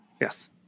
Yes